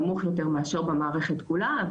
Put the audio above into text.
נמוך יותר מאשר במערכת כולה,